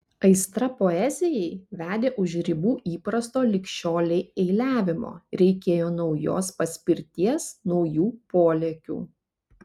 aistra poezijai vedė už ribų įprasto lig šiolei eiliavimo reikėjo naujos paspirties naujų polėkių